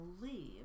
believe